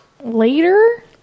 Later